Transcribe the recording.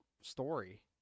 story